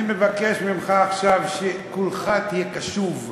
אני מבקש ממך עכשיו שכולך תהיה קשוב,